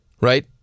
right